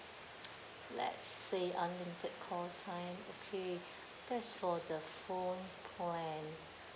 let's see unlimited call time okay that's for the phone plan